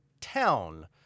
town